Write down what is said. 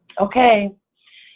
okay,